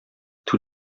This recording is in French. tous